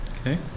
Okay